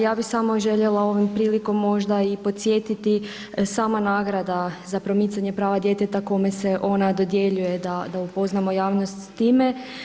Ja bi samo željela ovom prilikom možda i podsjetiti, sam nagrada za promicanje prava djeteta kome se ona dodjeljuje, da upoznamo javnost s time.